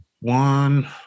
one